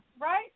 right